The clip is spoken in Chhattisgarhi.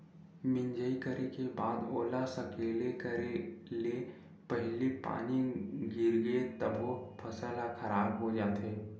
मिजई करे के बाद ओला सकेला करे ले पहिली पानी गिरगे तभो फसल ह खराब हो जाथे